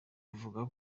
ivuga